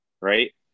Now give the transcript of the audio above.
right